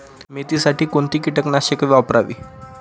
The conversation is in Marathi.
मेथीसाठी कोणती कीटकनाशके वापरावी?